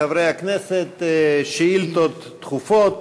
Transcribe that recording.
חברי הכנסת, שאילתות דחופות.